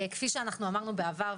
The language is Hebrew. כפי שאמרנו בעבר,